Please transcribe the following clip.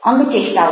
અંગચેષ્ટાઓ